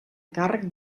càrrec